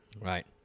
right